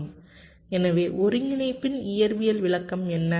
எனவே ஒருங்கிணைப்பின் இயற்பியல் விளக்கம் என்ன